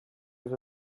have